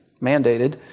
mandated